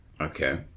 Okay